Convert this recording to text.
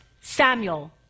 Samuel